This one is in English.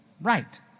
right